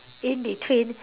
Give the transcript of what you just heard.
in between